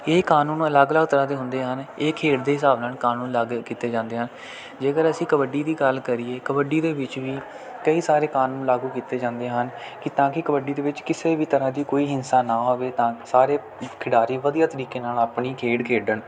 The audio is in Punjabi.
ਇਹ ਕਾਨੂੰਨ ਅਲੱਗ ਅਲੱਗ ਤਰ੍ਹਾਂ ਦੇ ਹੁੰਦੇ ਹਨ ਇਹ ਖੇਡ ਦੇ ਹਿਸਾਬ ਨਾਲ ਕਾਨੂੰਨ ਲਾਗੂ ਕੀਤੇ ਜਾਂਦੇ ਹਨ ਜੇਕਰ ਅਸੀਂ ਕਬੱਡੀ ਦੀ ਗੱਲ ਕਰੀਏ ਕਬੱਡੀ ਦੇ ਵਿੱਚ ਵੀ ਕਈ ਸਾਰੇ ਕਾਨੂੰਨ ਲਾਗੂ ਕੀਤੇ ਜਾਂਦੇ ਹਨ ਕਿ ਤਾਂ ਕਿ ਕਬੱਡੀ ਦੇ ਵਿੱਚ ਕਿਸੇ ਵੀ ਤਰ੍ਹਾਂ ਦੀ ਕੋਈ ਹਿੰਸਾ ਨਾ ਹੋਵੇ ਤਾਂ ਸਾਰੇ ਖਿਡਾਰੀ ਵਧੀਆ ਤਰੀਕੇ ਨਾਲ ਆਪਣੀ ਖੇਡ ਖੇਡਣ